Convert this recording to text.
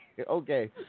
okay